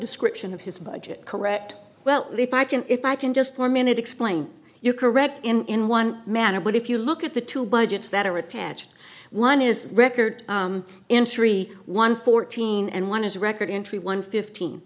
description of his budget correct well if i can if i can just for a minute explain you're correct in one manner but if you look at the two budgets that are attached one is record industry one fourteen and one is record entry one fifteen